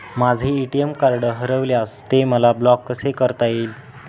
माझे ATM card हरविल्यास ते मला ब्लॉक कसे करता येईल?